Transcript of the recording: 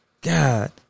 God